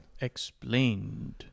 explained